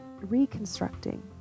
reconstructing